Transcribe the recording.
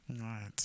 Right